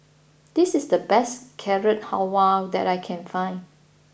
this is the best Carrot Halwa that I can find